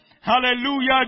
Hallelujah